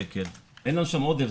אין לנו שם עודף,